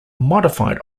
modified